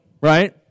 right